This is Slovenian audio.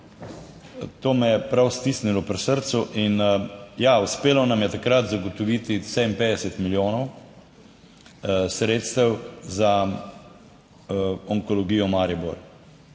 To me je prav stisnilo pri srcu. Ja, uspelo nam je takrat zagotoviti 57 milijonov sredstev za Onkologijo Maribor.